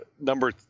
number